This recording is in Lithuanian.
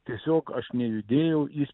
tiesiog aš nejudėjau jis